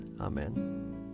Amen